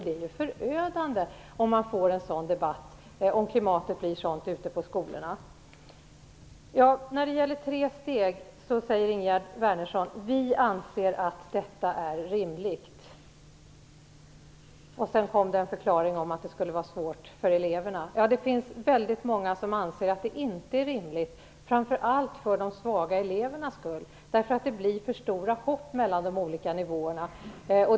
Det är förödande om klimatet blir sådant i skolorna. När det gäller tre steg i betygssystemet säger Ingegerd Wärnersson: Vi anser att detta är rimligt. Sedan kom förklaringen att det skulle vara svårt för eleverna. Det finns väldigt många som anser att det inte är rimligt, framför allt för de svaga elevernas skull. Det blir för stora hopp mellan de olika nivåerna.